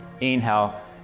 Inhale